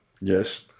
yes